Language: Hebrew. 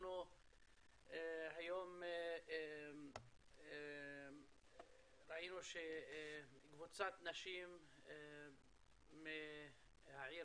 אנחנו היום ראינו שקבוצת נשים מהעיר